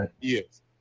yes